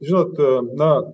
žinot na